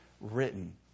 written